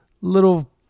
little